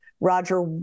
Roger